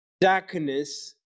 darkness